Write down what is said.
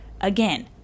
Again